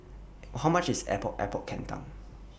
How much IS Epok Epok Kentang